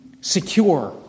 Secure